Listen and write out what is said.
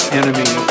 enemy